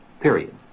Period